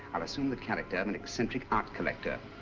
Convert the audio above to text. i'll assume the character of an eccentric art collector.